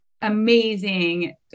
amazing